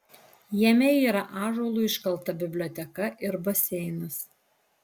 jame yra ąžuolu iškalta biblioteka ir baseinas